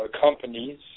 companies